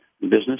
business